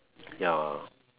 ya